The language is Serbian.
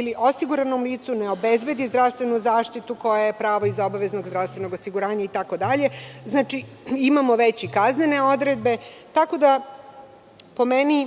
ili osiguranom licu ne obezbedi zdravstvenu zaštitu koja je pravo iz obaveznog zdravstvenog osiguranja itd. Znači, imamo već i kaznene odredbe. Po meni,